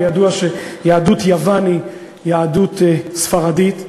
וידוע שיהדות יוון היא יהדות ספרדית.